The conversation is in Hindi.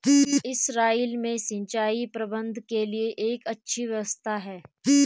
इसराइल में सिंचाई प्रबंधन के लिए एक अच्छी व्यवस्था है